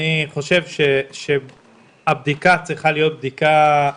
אני חושב שהבדיקה צריכה להיות בדיקה מאוד